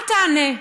אל תענה.